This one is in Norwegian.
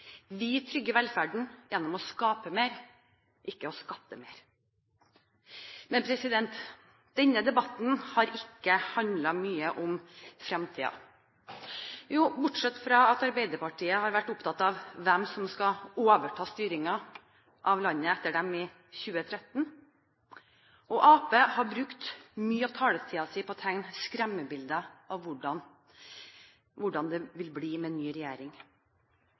Vi trygger velferden gjennom å skape mer, ikke skatte mer. Denne debatten har ikke handlet mye om fremtiden, bortsett fra at Arbeiderpartiet har vært opptatt av hvem som skal overta styringen av landet etter dem i 2013. Arbeiderpartiet har brukt mye av taletiden sin på å tegne skremmebilder av hvordan det vil bli med en ny regjering.